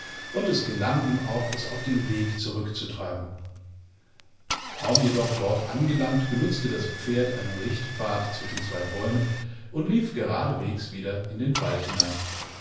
und es gelang ihm auch es auf den weg zurückzutreiben kaum jedoch dort angelangt benutzte das pferd einen richtpfad zwischen zwei bäumen und lief geradeswegs wieder in den wald hinein